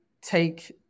take